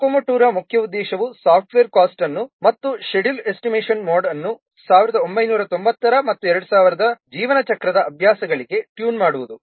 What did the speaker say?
COCOMO II ರ ಮುಖ್ಯ ಉದ್ದೇಶವು ಸಾಫ್ಟ್ವೇರ್ ಕಾಸ್ಟ್ ಅನ್ನು ಮತ್ತು ಷೆಡ್ಯೂಲ್ ಎಸ್ಟಿಮೇಶನ್ ಮೋಡೆಲ್ ಅನ್ನು 1990 ರ ಮತ್ತು 2000 ರ ಜೀವನ ಚಕ್ರದ ಅಭ್ಯಾಸಗಳಿಗೆ ಟ್ಯೂನ್ ಮಾಡುವುದು